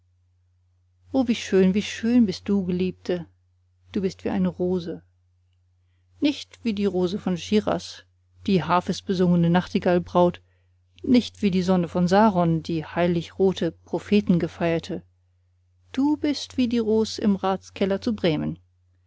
o wie schön wie schön bist du geliebte du bist wie eine rose nicht wie die rose von schiras die hafisbesungene nachtigallbraut nicht wie die rose von saron die heiligrote prophetengefeierte du bist wie die ros im ratskeller zu bremen